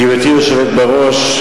גברתי היושבת בראש,